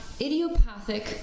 Idiopathic